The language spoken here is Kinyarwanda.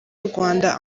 rwanda